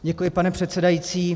Děkuji, pane předsedající.